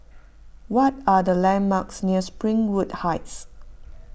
what are the landmarks near Springwood Heights